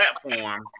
platform